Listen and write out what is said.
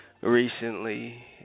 recently